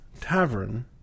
tavern